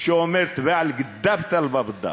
במרוקאית יש משפט שאומר: תבע אלגדב תה לבאב דר.